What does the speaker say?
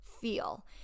feel